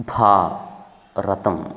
भा रतं